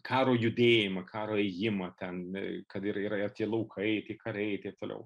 karo judėjimą karo ėjimą ten kad ir yra tie laukai tie kariai taip toliau